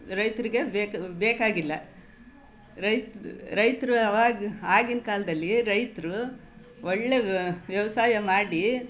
ರೈತರಿಗೆ ಬೇಕಾ ಬೇಕಾಗಿಲ್ಲ ರೈತರು ಆವಾಗ ಆಗಿನ ಕಾಲದಲ್ಲಿ ರೈತರು ಒಳ್ಳೆಯ ವ್ಯವಸಾಯ ಮಾಡಿ